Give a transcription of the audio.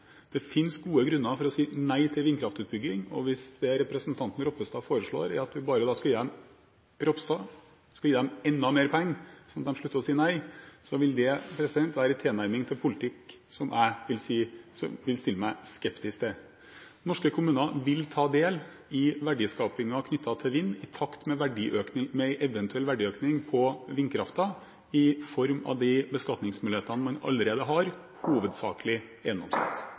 til vindkraftutbygging, og hvis det representanten Ropstad foreslår, er at vi bare skal gi dem enda mer penger så de slutter å si nei, vil det være en tilnærming til politikk som jeg vil stille meg skeptisk til. Norske kommuner vil ta del i verdiskapingen knyttet til vind i takt med en eventuell verdiøkning på vindkraften, i form av de beskatningsmulighetene man allerede har,